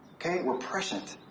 okay? we're prescient.